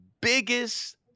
Biggest